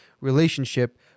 relationship